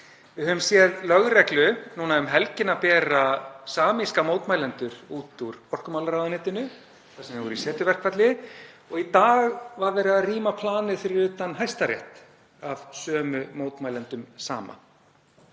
Við höfum séð lögreglu núna um helgina bera samíska mótmælendur út úr orkumálaráðuneytinu þar sem þeir voru í setuverkfalli og í dag var verið að rýma planið fyrir utan Hæstarétt af sömu mótmælendum Sama.